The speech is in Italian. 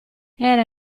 era